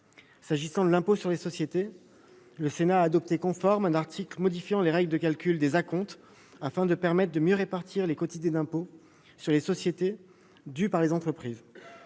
S'agissant de l'impôt sur les sociétés, le Sénat a adopté conforme un article modifiant les règles de calcul des acomptes afin de permettre de mieux répartir les quotités d'impôt sur les sociétés dues par les entreprises.